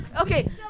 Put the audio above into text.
okay